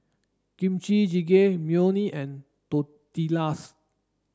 Kimchi Jjigae Imoni and Tortillas